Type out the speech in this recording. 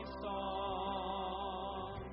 song